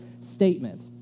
statement